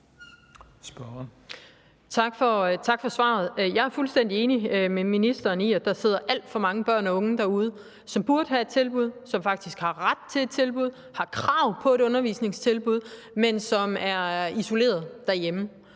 Tak for svaret. Jeg er fuldstændig enig med ministeren i, at der sidder alt for mange børn og unge derude, som burde have et tilbud, som faktisk har ret til et tilbud og har krav på et undervisningstilbud, men som er isoleret derhjemme.